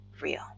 real